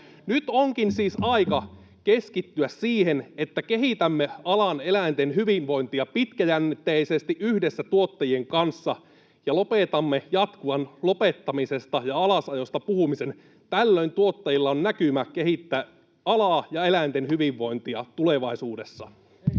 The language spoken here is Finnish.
Nyt onkin siis aika keskittyä siihen, että kehitämme alan eläinten hyvinvointia pitkäjännitteisesti yhdessä tuottajien kanssa ja lopetamme jatkuvan lopettamisesta ja alasajosta puhumisen. Tällöin tuottajilla on näkymä kehittää alaa ja eläinten hyvinvointia tulevaisuudessa.